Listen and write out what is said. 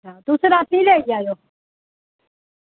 तुस राती लेई जाएओ